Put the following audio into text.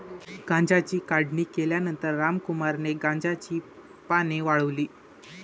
गांजाची काढणी केल्यानंतर रामकुमारने गांजाची पाने वाळवली